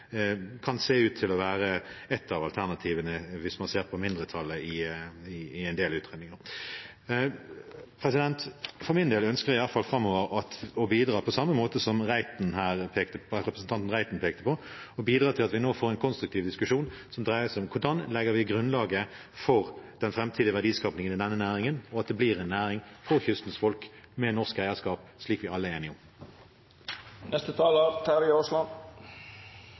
kan se ut til å være et av alternativene hvis man ser på hva mindretallet sier i en del utredninger. For min del ønsker i hvert fall jeg framover – på samme måte som representanten Reiten pekte på – å bidra til at vi får en konstruktiv diskusjon som dreier seg om hvordan vi legger grunnlaget for den framtidige verdiskapingen i denne næringen, og at det blir en næring for kystens folk, med norsk eierskap, slik vi alle er enige